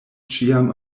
ĉiam